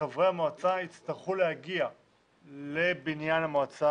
שחברי המועצה יצטרכו להגיע לבניין המועצה